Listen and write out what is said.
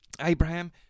Abraham